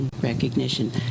recognition